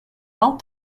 all